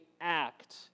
act